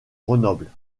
grenoble